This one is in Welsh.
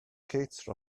kate